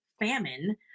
Famine